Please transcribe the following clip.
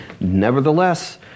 Nevertheless